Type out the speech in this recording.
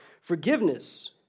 forgiveness